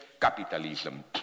capitalism